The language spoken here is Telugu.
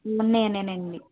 నేనేనండి